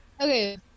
Okay